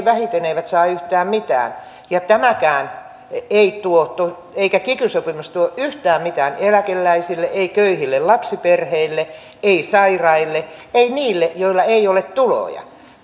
vähiten eivät saa yhtään mitään ja tämäkään ei tuo eikä kiky sopimus tuo yhtään mitään eläkeläisille ei köyhille lapsiperheille ei sairaille ei niille joilla ei ole tuloja